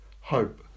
hope